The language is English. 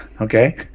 Okay